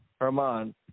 Herman